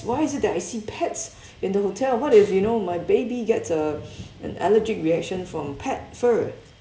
why is it that I see pets in the hotel what if you know my baby gets uh an allergic reaction from pet fur